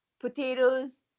potatoes